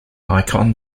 icon